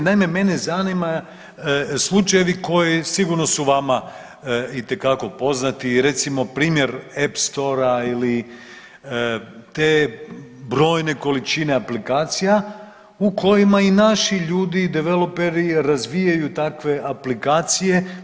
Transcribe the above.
Naime, mene zanima slučajevi koji sigurno su vama itekako poznati i recimo primjer Epstona ili te brojne količine aplikacija u kojima i naši ljudi … [[ne razumije se]] razvijaju takve aplikacije.